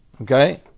okay